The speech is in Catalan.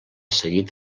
seguit